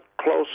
close